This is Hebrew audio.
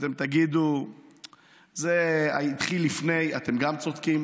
אתם תגידו שזה התחיל לפני, ואתם שוב צודקים,